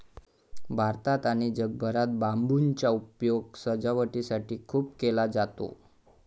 भारतात आणि जगभरात बांबूचा उपयोग सजावटीसाठी खूप केला जातो